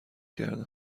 کردم